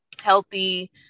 healthy